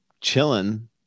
chilling